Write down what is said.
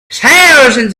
thousands